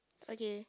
okay